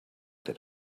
that